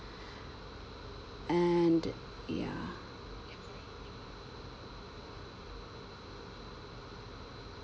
and ya